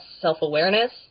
self-awareness